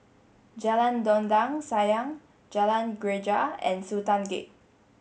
Jalan Dondang Sayang Jalan Greja and Sultan Gate